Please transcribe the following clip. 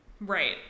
Right